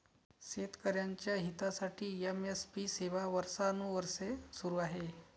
शेतकऱ्यांच्या हितासाठी एम.एस.पी सेवा वर्षानुवर्षे सुरू आहे